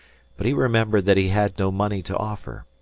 but he remembered that he had no money to offer.